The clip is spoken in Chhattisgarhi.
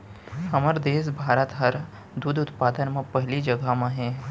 हमर देस भारत हर दूद उत्पादन म पहिली जघा म हे